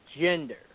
Gender